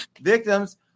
Victims